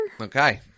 Okay